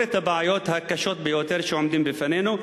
את הבעיות הקשות ביותר שעומדות בפנינו.